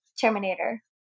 Terminator